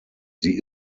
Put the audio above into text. sie